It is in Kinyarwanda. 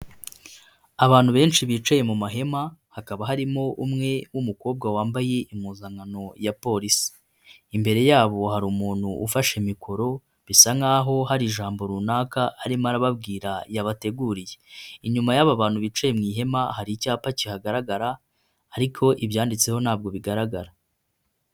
Abantu benshi bicaye mu mahema hakaba harimo umwe w'umukobwa wambaye impuzankano ya polisi, imbere yabo hari umuntu ufashe mikoro, bisa naho hari ijambo runaka arimo arababwira yabateguriye, inyuma y'aba bantu bicaye mu ihema hari icyapa kihagaragara ariko ibyanditseho ntabwo bigaragara.